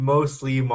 Mostly